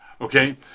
okay